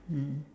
mm